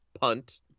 punt